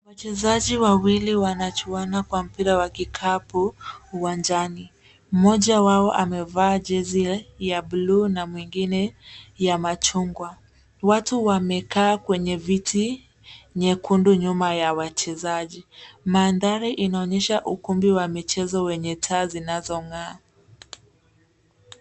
Wachezaji wawili wanachuana kwa mpira wa kikapu uwanjani. Mmoja wao amevaa jezi ya buluu na mwengine ya machungwa. Watu wamekaa kwenye viti nyekundu nyuma ya wachezaji. mandhari inaonyesha ukumbi wa michezo wenye taa zinazong'aa.